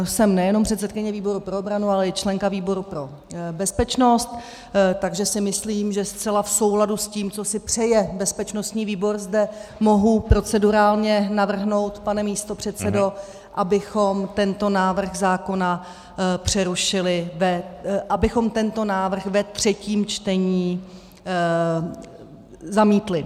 Jsem nejenom předsedkyně výboru pro obranu, ale i členka výboru pro bezpečnost, takže si myslím, že zcela v souladu s tím, co si přeje bezpečnostní výbor, zde mohu procedurálně navrhnout, pane místopředsedo, abychom tento návrh zákona přerušili ve abychom tento návrh ve třetím čtení zamítli.